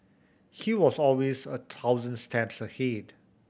he was always a thousand steps ahead